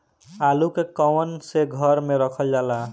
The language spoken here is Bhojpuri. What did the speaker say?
आलू के कवन से घर मे रखल जाला?